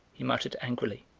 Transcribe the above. he muttered angrily.